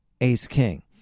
ace-king